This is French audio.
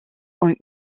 ont